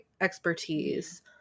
expertise